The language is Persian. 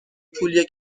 پولیه